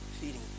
Feeding